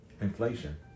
inflation